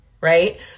right